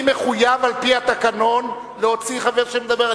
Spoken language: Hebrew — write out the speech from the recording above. אני מחויב על-פי התקנון להוציא חבר שמדבר.